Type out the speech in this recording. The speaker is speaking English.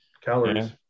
calories